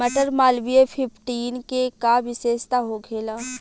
मटर मालवीय फिफ्टीन के का विशेषता होखेला?